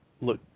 look